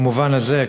במובן הזה,